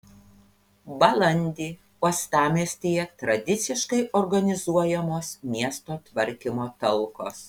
balandį uostamiestyje tradiciškai organizuojamos miesto tvarkymo talkos